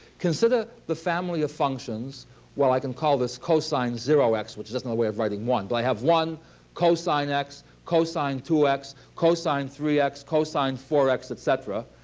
consider the family of functions well, i can call this cosine zero x, which is another way of writing one. but i have one cosine x, cosine two x, cosine three x, cosine four x, et cetera,